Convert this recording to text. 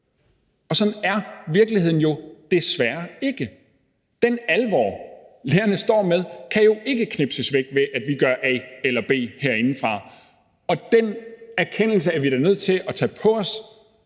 men sådan er virkeligheden jo desværre ikke. Den alvor, lærerne står med, kan jo ikke knipses væk, ved at vi gør A eller B herindefra, og den erkendelse er vi da nødt til at tage på os,